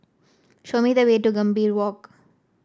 show me the way to Gambir Walk